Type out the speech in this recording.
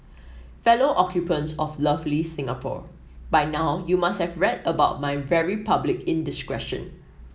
fellow occupants of lovely Singapore by now you must have read about my very public indiscretion